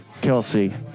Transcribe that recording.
Kelsey